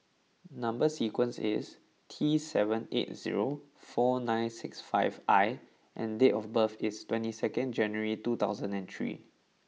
number sequence is T seven eight zero four nine six five I and date of birth is twenty second January two thousand and three